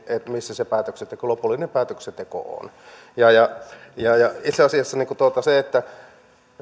missä se lopullinen päätöksenteko on semmoisessa tilanteessa itse asiassa kun